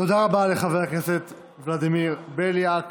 תודה רבה לחבר הכנסת ולדימיר בליאק.